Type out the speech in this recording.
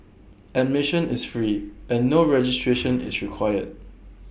admission is free and no registration is required